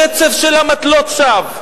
ברצף של אמתלות שווא.